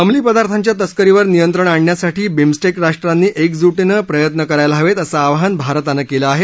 अंमली पदार्थांच्या तस्करीवर नियंत्रण आणण्यासाठी बिमस्टेक राष्ट्रांनी एकज्टीने प्रयत्न करायला हवेत असं आवाहन भारतानं केलं आहे